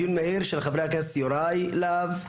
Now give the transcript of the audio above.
דיון מהיר של חברי הכנסת יוראי להב,